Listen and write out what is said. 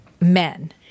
men